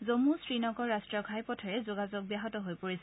জম্মু শ্ৰীনগৰ ৰাট্টীয় ঘাইপথেৰে যোগাযোগ ব্যাহত হৈছে